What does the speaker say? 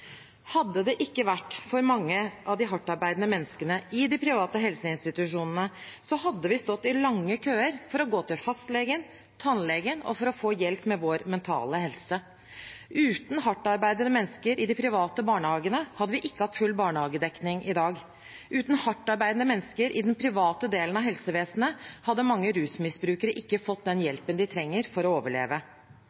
Hadde det ikke vært for mange av de hardtarbeidende menneskene i de private helseinstitusjonene, hadde vi stått i lange køer for å gå til fastlegen og tannlegen og for å få hjelp med vår mentale helse. Uten hardtarbeidende mennesker i de private barnehagene hadde vi ikke hatt full barnehagedekning i dag. Uten hardtarbeidende mennesker i den private delen av helsevesenet hadde mange rusmisbrukere ikke fått den